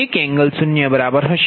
તેથી Eg10 1∠0 બરાબર